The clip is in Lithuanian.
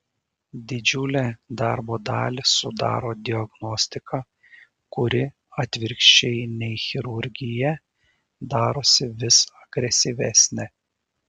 didžiulę darbo dalį sudaro diagnostika kuri atvirkščiai nei chirurgija darosi vis agresyvesnė